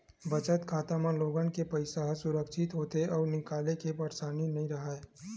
बचत खाता म लोगन के पइसा ह सुरक्छित होथे अउ निकाले के परसानी नइ राहय